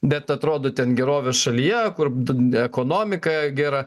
bet atrodo ten gerovės šalyje kur dun ekonomika gera